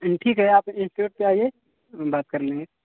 ठीक है आप इंस्टीच्यूट पर आइए बात कर लेंगे